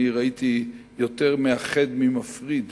אני ראיתי יותר מאחד ממפריד